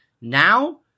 Now